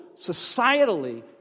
societally